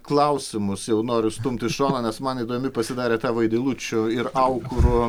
klausimus jau noriu stumt į šoną nes man įdomi pasidarė ta vaidilučių ir aukurų